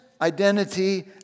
Identity